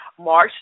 March